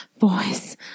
voice